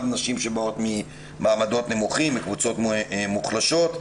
נשים שבאות ממעמדות נמוכים ומקבוצות מוחלשות.